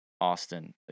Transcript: Austin